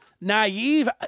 naive